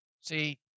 See